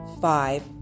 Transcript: five